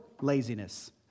laziness